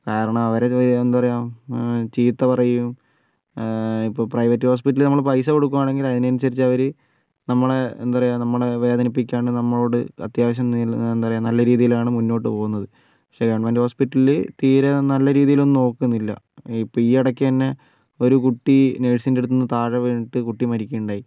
കാരണം അവരെ എന്ത് പറയും ചീത്ത പറയും ഇപ്പോൾ പ്രൈവറ്റ് ഹോസ്പിറ്റലിൽ നമ്മൾ പൈസ കൊടുക്കുകയാണെങ്കിൽ അതിനനുസരിച്ച് അവർ നമ്മളെ എന്താ പറയുക നമ്മളെ വേദനിപ്പിക്കാണ്ട് നമ്മളോട് അത്യാവശ്യം എന്താ പറയുക നല്ല രീതിയിലാണ് മുന്നോട്ട് പോവുന്നത് പക്ഷെ ഗവണ്മെൻ്റ് ഹോസ്പിറ്റലിൽ തീരെ നല്ല രീതിയിലൊന്നും നോക്കുന്നില്ല ഇപ്പോൾ ഈ ഇടയ്ക്ക് എന്നെ ഒരു കുട്ടി നഴ്സിൻ്റെ അടുത്തു നിന്ന് താഴെ വീണിട്ട് കുട്ടി മരിക്കുകയുണ്ടായി